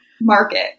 market